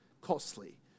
costly